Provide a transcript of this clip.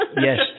Yes